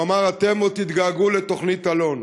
הוא אמר: אתם עוד תתגעגעו לתוכנית אלון.